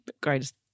greatest